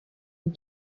une